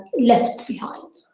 left behind.